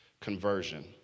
conversion